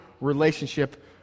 relationship